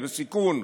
זה סיכון,